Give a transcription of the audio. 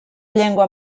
llengua